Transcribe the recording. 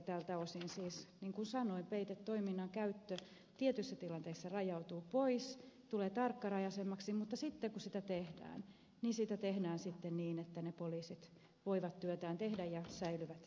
tältä osin siis niin kuin sanoin peitetoiminnan käyttö tietyissä tilanteissa rajautuu pois tulee tarkkarajaisemmaksi mutta sitten kun sitä tehdään niin sitä tehdään niin että ne poliisit voivat työtään tehdä ja säilyvät hengissä